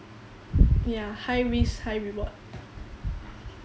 ya high risk high reward